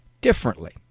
differently